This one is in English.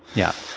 yeah.